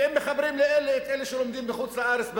ואם מחברים לאלה את אלה שלומדים בחוץ-לארץ,